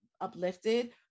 uplifted